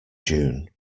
june